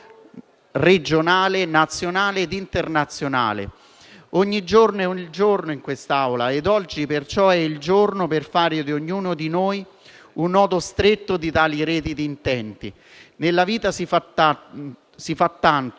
regionale, nazionale e internazionale. Ogni giorno è il giorno in questa Aula; oggi perciò è il giorno per fare di ognuno di noi un nodo stretto di tali reti di intenti. Nella vita si fa tanto,